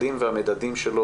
מגדרי.